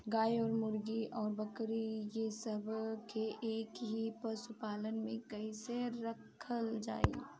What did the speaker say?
गाय और मुर्गी और बकरी ये सब के एक ही पशुपालन में कइसे रखल जाई?